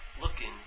looking